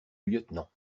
lieutenant